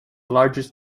largest